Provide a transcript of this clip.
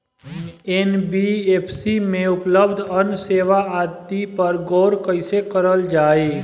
NBFC में उपलब्ध अन्य सेवा आदि पर गौर कइसे करल जाइ?